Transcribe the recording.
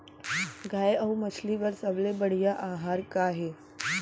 गाय अऊ मछली बर सबले बढ़िया आहार का हे?